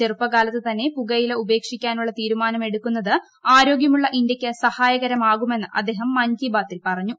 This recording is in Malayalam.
ചെറുപ്പകാലത്ത് തന്നെ പുകയില ഉപേക്ഷിക്കാനുള്ള തീരുമാനം എടുക്കുന്നത് ആരോഗൃമുള്ള ഇന്തൃക്ക് സഹായകരമാകുമെന്ന് അദ്ദേഹം മൻ കീ ബാത്തിൽ പറഞ്ഞു